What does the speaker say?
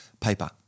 paper